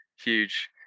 huge